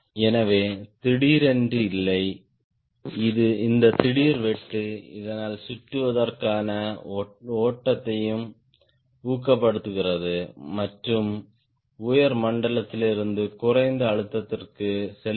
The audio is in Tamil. எனவே திடீரென்று இல்லை இந்த திடீர் வெட்டு இதனால் சுற்றிவருவதற்கான ஓட்டத்தையும் ஊக்கப்படுத்துகிறது மற்றும் உயர் மட்டத்திலிருந்து குறைந்த அழுத்தத்திற்கு செல்லும்